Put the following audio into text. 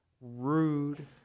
rude